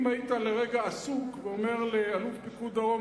אם היית לרגע עסוק ואומר לאלוף פיקוד דרום,